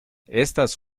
estas